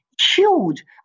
huge